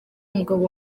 umugabo